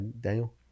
Daniel